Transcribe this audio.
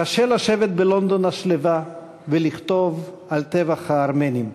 "קשה לשבת בלונדון השלווה ולכתוב על טבח הארמנים.